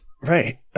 Right